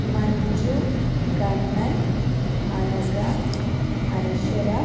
Manju Kannan Anagha Anaswara